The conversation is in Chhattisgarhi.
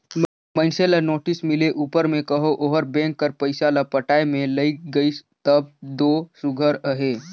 मइनसे ल नोटिस मिले उपर में कहो ओहर बेंक कर पइसा ल पटाए में लइग गइस तब दो सुग्घर अहे